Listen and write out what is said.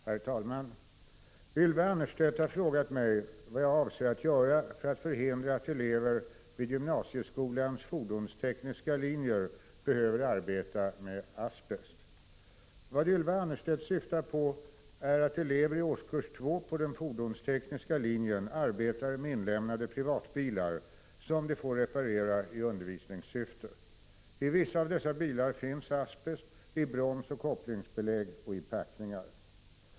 Herr talman! Ylva Annerstedt har frågat mig vad jag avser att göra för att förhindra att elever vid gymnasieskolans fordonstekniska linjer behöver arbeta med asbest. Vad Ylva Annerstedt syftar på är, att elever i årskurs två på den fordonstekniska linjen arbetar med inlämnade privatbilar, som de får reparera i undervisningssyfte. I vissa av dessa bilar finns asbest i bromsoch kopplingsbelägg och i packningar.